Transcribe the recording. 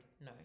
No